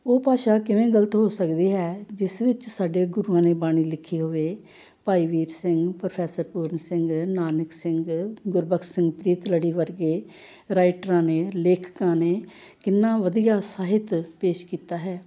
ਉਹ ਭਾਸ਼ਾ ਕਿਵੇਂ ਗਲਤ ਹੋ ਸਕਦੀ ਹੈ ਜਿਸ ਵਿੱਚ ਸਾਡੇ ਗੁਰੂਆਂ ਨੇ ਬਾਣੀ ਲਿਖੀ ਹੋਵੇ ਭਾਈ ਵੀਰ ਸਿੰਘ ਪ੍ਰੋਫੈਸਰ ਪੂਰਨ ਸਿੰਘ ਨਾਨਕ ਸਿੰਘ ਗੁਰਬਖਸ਼ ਸਿੰਘ ਪ੍ਰੀਤ ਲੜੀ ਵਰਗੇ ਰਾਈਟਰਾਂ ਨੇ ਲੇਖਕਾਂ ਨੇ ਕਿੰਨਾ ਵਧੀਆ ਸਾਹਿਤ ਪੇਸ਼ ਕੀਤਾ ਹੈ